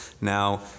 Now